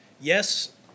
Yes